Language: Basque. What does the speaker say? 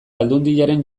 aldundiaren